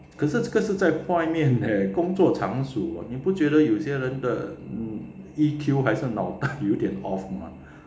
可是这个是在外面 leh 工作场所你不觉得有些人的 E_Q 还是脑袋 有点 off mah ya